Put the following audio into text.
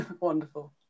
Wonderful